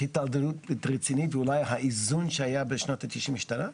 יש הדרדרות רצינית ואולי האיזון שהיה בשנות ה-90 השתנה?